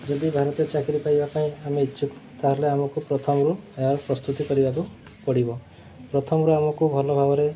ଯଦି ଭାରତୀୟ ଚାକିରି ପାଇବା ପାଇଁ ଆମେ ଇଚ୍ଛୁକ ତା'ହେଲେ ଆମକୁ ପ୍ରଥମରୁ ଏହା ପ୍ରସ୍ତୁତି କରିବାକୁ ପଡ଼ିବ ପ୍ରଥମରୁ ଆମକୁ ଭଲ ଭାବରେ